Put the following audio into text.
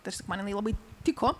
tarsi man jinai labai tiko